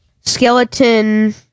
Skeleton